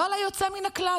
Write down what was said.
לא על היוצא מן הכלל,